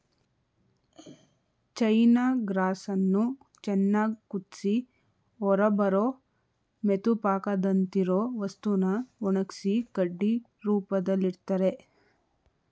ಚೈನ ಗ್ರಾಸನ್ನು ಚೆನ್ನಾಗ್ ಕುದ್ಸಿ ಹೊರಬರೋ ಮೆತುಪಾಕದಂತಿರೊ ವಸ್ತುನ ಒಣಗ್ಸಿ ಕಡ್ಡಿ ರೂಪ್ದಲ್ಲಿಡ್ತರೆ